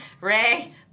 Ray